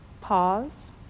Pause